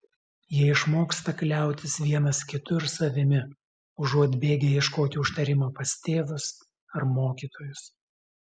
jie išmoksta kliautis vienas kitu ir savimi užuot bėgę ieškoti užtarimo pas tėvus ar mokytojus